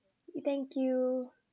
thank you